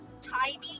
tiny